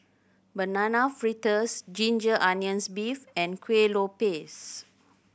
Banana Fritters ginger onions beef and Kuih Lopes